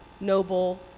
noble